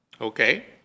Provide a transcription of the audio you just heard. okay